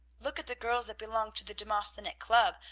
look at the girls that belong to the demosthenic club!